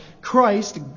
Christ